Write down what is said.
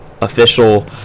official